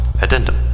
Addendum